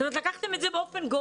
זאת אומרת, לקחתם את זה באופן גורף.